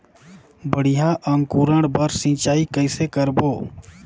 बढ़िया अंकुरण बर सिंचाई कइसे करबो?